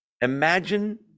imagine